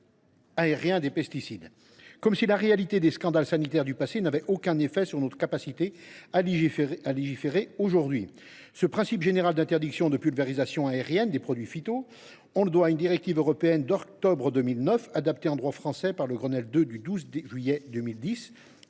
comme si la réalité des scandales sanitaires du passé n’avait aucun effet sur la façon dont nous légiférons aujourd’hui. Ce principe général d’interdiction de la pulvérisation aérienne de produits phytopharmaceutiques, on le doit à une directive européenne d’octobre 2009, adaptée en droit français la loi du 12 juillet 2010